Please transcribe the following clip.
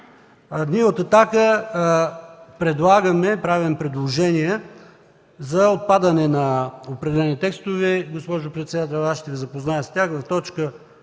Ние от „Атака“ правим предложения за отпадане на определени текстове. Госпожо председател, аз ще Ви запозная с тях.